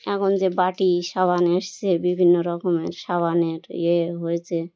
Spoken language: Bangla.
এখন যে বাটি সাবান এসেছে বিভিন্ন রকমের সাবানের ইয়ে হয়েছে